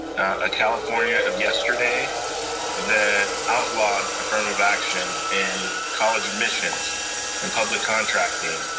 a california of yesterday that outlawed affirmative action in college admissions and public contracting,